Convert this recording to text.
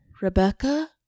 Rebecca